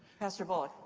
pastor bullock.